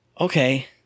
Okay